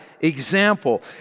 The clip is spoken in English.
example